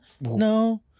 No